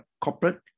corporate